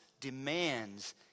demands